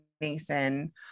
Mason